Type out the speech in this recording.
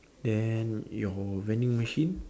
then your vending machine